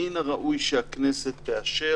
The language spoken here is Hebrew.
מן הראוי שהכנסת תאשר,